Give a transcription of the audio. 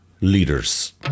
leaders